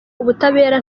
ubutabera